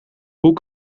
hoe